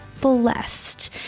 blessed